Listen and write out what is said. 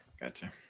Gotcha